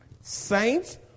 Saints